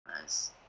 Nice